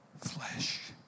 flesh